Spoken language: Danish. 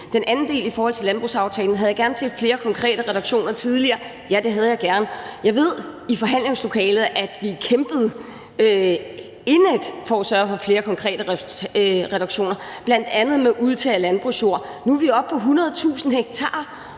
Den anden del er i forhold til landbrugsaftalen: Havde jeg gerne set flere konkrete reduktioner tidligere? Ja, det havde jeg gerne. Jeg ved, at vi i forhandlingslokalet kæmpede indædt for at sørge for flere konkrete reduktioner, bl.a. med udtag af landbrugsjord. Nu er vi oppe på 100.000 ha,